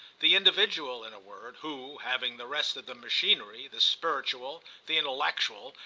the individual, in a word, who, having the rest of the machinery, the spiritual, the intellectual,